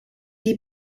die